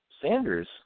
Sanders